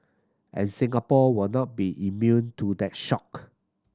and Singapore will not be immune to that shock